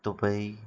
Dubai